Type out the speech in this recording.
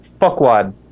Fuckwad